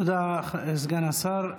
תודה, סגן השר.